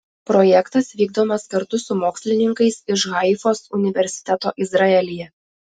projektas vykdomas kartu su mokslininkais iš haifos universiteto izraelyje